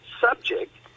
subject